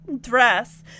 dress